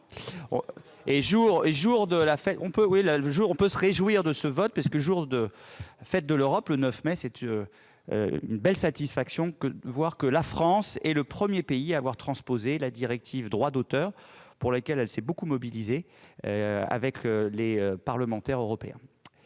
On peut se réjouir de ce vote en ce 9 mai, qui célèbre la Journée de l'Europe. C'est une belle satisfaction que de voir que la France est le premier pays à avoir transposé la directive sur le droit d'auteur pour laquelle elle s'est beaucoup mobilisée avec les parlementaires européens.